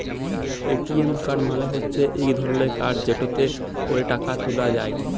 ATM card মালে হচ্যে ইক ধরলের কাড় যেটতে ক্যরে টাকা ত্যুলা যায়